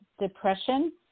depression